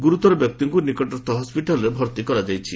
ଗୁରୁତର ବ୍ୟକ୍ତିଙ୍କୁ ନିକଟସ୍ଥ ହସ୍ୱିଟାଲ୍ରେ ଭର୍ତ୍ତି କରାଯାଇଛି